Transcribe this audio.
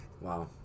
wow